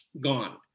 gone